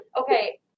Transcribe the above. Okay